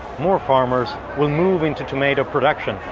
more farmers will move into tomato production,